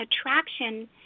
attraction